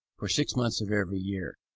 for six months of every year.